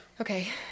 Okay